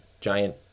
giant